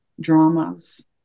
dramas